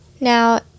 Now